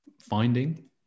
finding